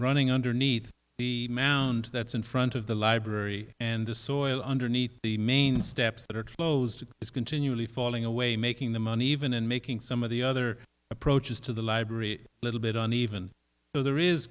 running underneath the mound that's in front of the library and the soil underneath the main steps that are closed is continually falling away making the money even and making some of the other approaches to the library a little bit on even though there is